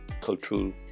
cultural